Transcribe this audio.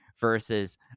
versus